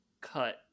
cut